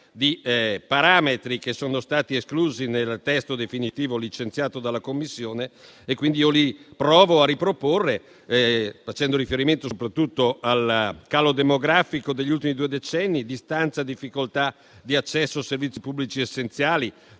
di parametri che sono stati esclusi nel testo definitivo licenziato dalla Commissione e quindi provo a riproporli, facendo riferimento soprattutto al calo demografico degli ultimi due decenni, alla distanza e difficoltà di accesso a servizi pubblici essenziali,